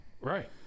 right